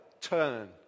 turn